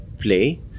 play